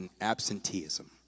absenteeism